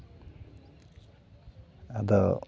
ᱟᱫᱚ